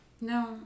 No